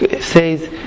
says